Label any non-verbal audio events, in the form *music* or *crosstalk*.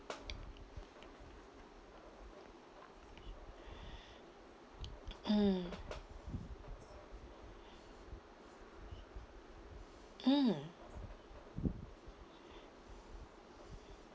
*breath* mm mm